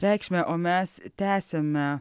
reikšmę o mes tęsiame